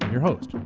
your host,